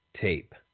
tape